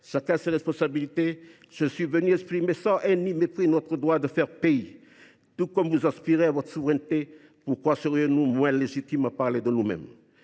chacun ses responsabilités. Je suis venu exprimer, sans haine ni mépris, notre droit de faire pays, tout comme vous aspirez à votre souveraineté. Pourquoi serions nous moins légitimes à parler de nous mêmes ?